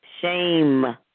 shame